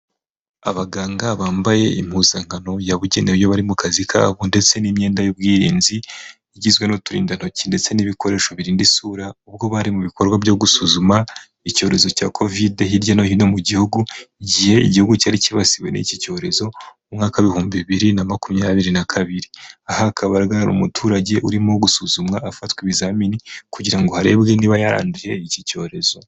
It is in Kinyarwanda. Abaganga bambaye impuzankano yabugenewe iyo bari mu kazi kabo ndetse n'imyenda y'ubwirinzi igizwe n'uturindantoki ndetse n'ibikoresho birinda isura ubwo bari mu bikorwa byo gusuzuma icyorezo cya covide hirya no hino mu gihugu, igihe igihugu cyari cyibasiwe n'iki cyorezo mu mwaka ibihumbi bibiri na makumyabiri na kabiri. Aha hakaba hari umuturage urimo gusuzumwa afatwa ibizamini, kugira ngo harebwe niba yaranduriye iki cyorezo.